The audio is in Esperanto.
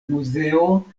muzeo